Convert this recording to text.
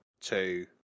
two